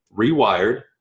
rewired